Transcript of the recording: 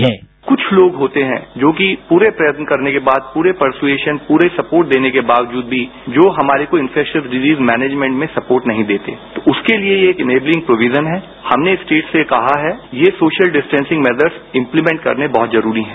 bite Lav Agarwal कुछ लोग होते हैं जो कि पूरे प्रयत्न करने के बाद पूरे प्रसूऐशन पूरे सपोर्ट देने के बावजूद भी जो हमारे को इंफेक्सियस डिजिज मैनेजमेंट में सपोर्ट नहीं देते तो उसके लिए एक इनेबलिंग प्रोविजन है हमने स्टेट से कहा है कि ये सोशल डिस्टेंसी मेजर्स इम्लीमेंट करने बहत जरूरी है